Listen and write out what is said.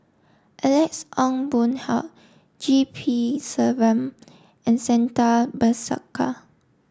Alex Ong Boon Hau G P Selvam and Santha Bhaskar